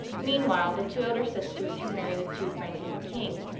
meanwhile the two elder sisters had married the two friends of the king,